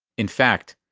in fact,